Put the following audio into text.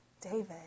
David